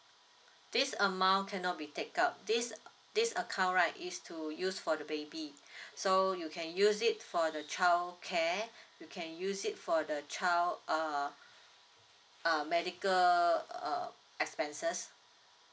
this amount cannot be take out this uh this account right is to use for the baby so you can use it for the child care you can use it for the child uh uh medical err expenses